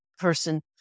Person